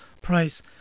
price